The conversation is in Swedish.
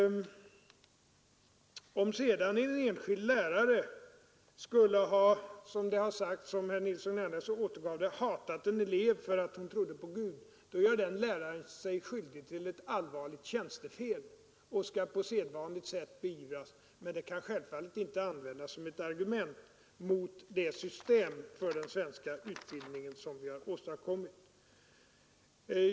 Om sedan en enskild lärare skulle ha, som herr Nilsson i Agnäs återgav det, hatat en elev för att hon trodde på Gud, gör sig den läraren skyldig till ett allvarligt tjänstefel, vilket skall på sedvanligt sätt beivras; men detta kan självfallet inte användas som ett argument mot det system för den svenska utbildningen som vi har åstadkommit.